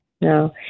No